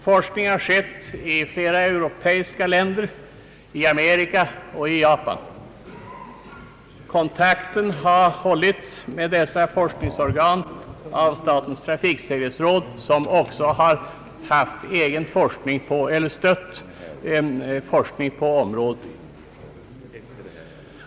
Forskning har skett i flera europeiska länder, i Amerika och i Japan. Kontakt med de olika forskningsorganen har hållits av statens trafiksäkerhetsråd som också gett stöd åt forskningen på området i vårt land.